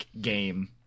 game